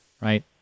right